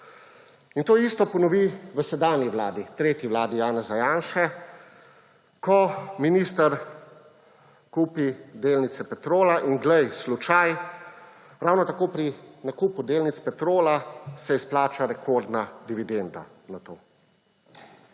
In to isto ponovi v sedanji vladi, tretji vladi Janeza Janše, ko minister kupi delnice Petrola, in glej, slučaj, ravno tako pri nakupu delnic Petrola se nato izplača rekordna dividenda.